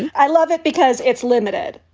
i love it because it's limited.